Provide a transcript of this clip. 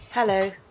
Hello